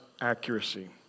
accuracy